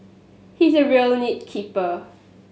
he is a real nit picker